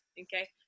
Okay